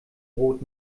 brot